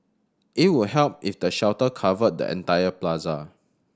it would help if the shelter covered the entire plaza